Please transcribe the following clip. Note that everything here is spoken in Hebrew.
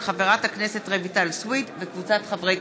לא התקבלה.